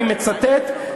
אני מצטט,